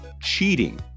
CHEATING